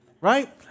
right